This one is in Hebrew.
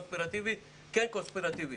כן קונספירטיבית.